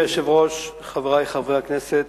אדוני היושב-ראש, חברי חברי הכנסת,